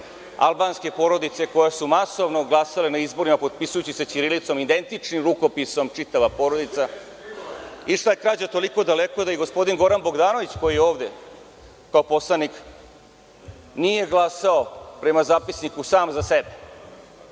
albanske porodice koje su masovno glasale na izborima potpisujući se ćirilicom, identičnim rukopisom čitava porodica. Išla je krađa toliko daleko da i gospodin Goran Bogdanović, koji je ovde kao poslanik, nije glasao prema zapisniku sam za sebe.